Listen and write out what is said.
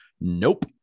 nope